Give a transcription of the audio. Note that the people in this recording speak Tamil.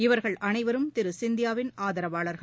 இவர்கள் அனைவரும் திருசிந்தியாவின் ஆதரவாளர்கள்